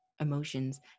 emotions